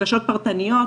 בקשות פרטניות,